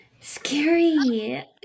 Scary